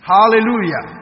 Hallelujah